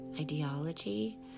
ideology